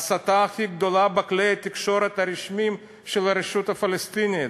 ההסתה הכי גדולה בכלי התקשורת הרשמיים של הרשות הפלסטינית.